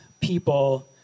people